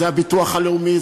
זה הביטוח הלאומי,